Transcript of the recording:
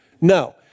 no